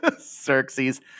Xerxes